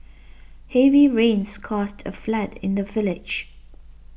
heavy rains caused a flood in the village